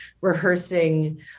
rehearsing